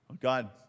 God